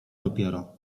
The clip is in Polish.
dopiero